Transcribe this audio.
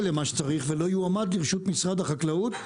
למה שצריך ולא יועמד לרשות משרד החקלאות.